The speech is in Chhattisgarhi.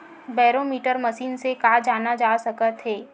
बैरोमीटर मशीन से का जाना जा सकत हे?